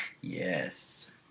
yes